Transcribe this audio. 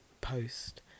post